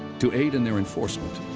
to aid in their enforcement,